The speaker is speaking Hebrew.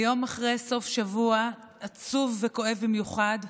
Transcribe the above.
היום, אחרי סוף שבוע עצוב וכואב במיוחד,